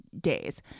days